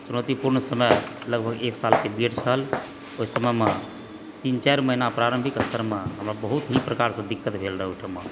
चुनौती पूर्ण समय लगभग एक सालके बी एड छल ओहि समयमे तीन चारि महीना प्रारम्भिक स्तरमे हमरा बहुत ही प्रकारसंँ दिक्कत भेल रहऽ ओहिठमा